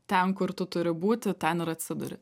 ten kur tu turi būti ten ir atsiduri